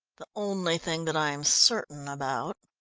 the only thing that i am certain about,